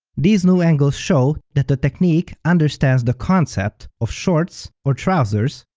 these new angles show that the technique understands the concept of shorts or trousers.